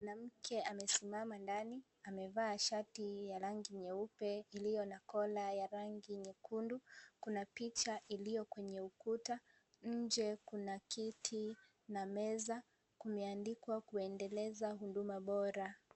Mwanamke amesimama ndani, amevaa shati ya rangi nyeupe iliyo na kola ya rangi nyekundu. Kuna picha iliyo kwenye ukuta. Nje kuna kiti na meza kumeandikwa kuendeleza huduma bora.